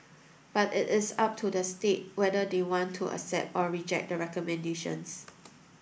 but it is up to the state whether they want to accept or reject the recommendations